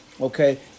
Okay